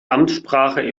amtssprache